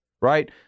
Right